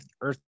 earth